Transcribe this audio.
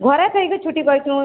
ଘରେ ଥାଇକିରି ଛୁଟି ପାଇଛୁ